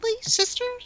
sisters